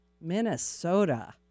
Minnesota